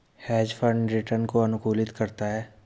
hedge fund return को अनुकूलित करता है